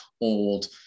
old